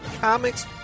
comics